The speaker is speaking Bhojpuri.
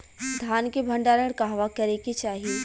धान के भण्डारण कहवा करे के चाही?